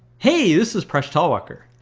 hey this is presh talwalkar!